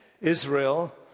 Israel